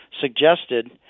suggested